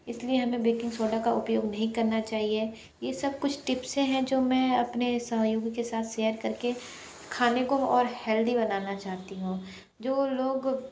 इसलिए हमें baking soda का उपयोग नहीं करना चाहिए यह सब कुछ टिप्से हैं जो मैं अपने सहयोगी के साथ सेयर करके खाने को और हेल्दी बनाना चाहती हूँ जो लोग